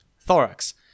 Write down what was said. thorax